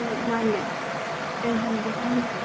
ꯍꯣꯏ ꯃꯥꯟꯅꯦ ꯀꯔꯤ ꯍꯪꯒꯦ ꯍꯥꯏꯅꯣ